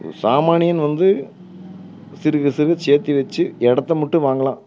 சாமானியன் வந்து சிறுக சிறுக சேர்த்தி வச்சு இடத்த மட்டும் வாங்கலாம்